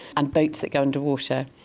and boats that go under water.